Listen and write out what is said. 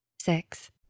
Six